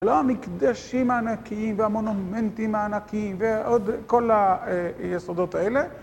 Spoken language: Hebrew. לא המקדשים הענקיים והמונומנטים הענקיים, ועוד כל היסודות האלה.